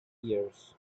years